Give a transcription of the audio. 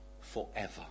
forever